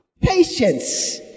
Patience